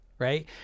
right